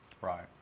Right